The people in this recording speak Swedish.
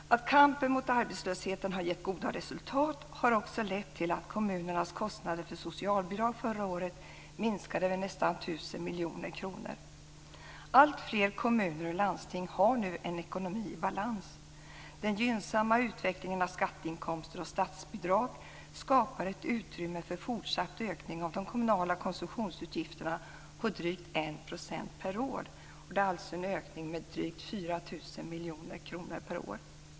Att kampen mot arbetslösheten har gett goda resultat har också lett till att kommunernas kostnader för socialbidrag förra året minskade med nästan 1 000 Alltfler kommuner och landsting har nu en ekonomi i balans. Den gynnsamma utvecklingen av skatteinkomster och statsbidrag skapar ett utrymme för fortsatt ökning av de kommunala konsumtionsutgifterna på drygt 1 % per år. Det är alltså en ökning med drygt 4 000 miljoner kronor per år.